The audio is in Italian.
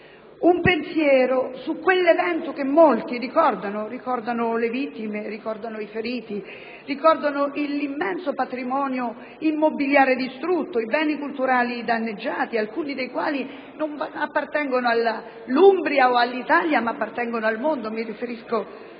Un pensiero su quell'evento che molti ricordano. Tornano alla mente le vittime, i feriti, l'immenso patrimonio immobiliare distrutto, i beni culturali danneggiati, alcuni dei quali non appartengono all'Umbria o all'Italia, ma al mondo (mi riferisco, come tutti